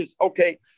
Okay